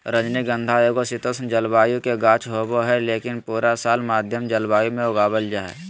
रजनीगंधा एगो शीतोष्ण जलवायु के गाछ होबा हय, लेकिन पूरा साल मध्यम जलवायु मे उगावल जा हय